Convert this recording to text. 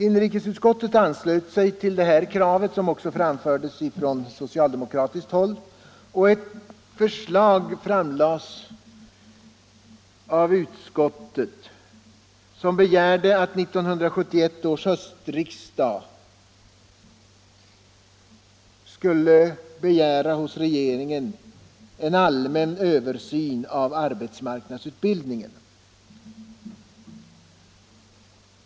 Inrikesutskottet anslöt sig till detta krav, som också framfördes från socialdemokratiskt håll, och på förslag av utskottet begärde 1971 års höstriksdag en allmän översyn av arbetsmarknadsutbildningen.